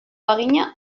bagina